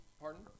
Pardon